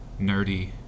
nerdy